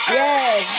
yes